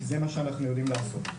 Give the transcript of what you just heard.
כי זה מה שאנחנו יודעים לעשות,